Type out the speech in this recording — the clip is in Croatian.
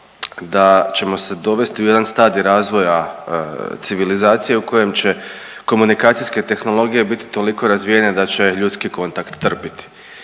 da ćemo se dovesti u jedan stadij razvoja civilizacije u kojem će komunikacijske tehnologije biti toliko razvijene da će ljudski kontakt trpiti.